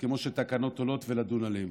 כמו שתקנות עולות, ולדון עליהן.